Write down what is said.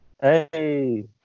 Hey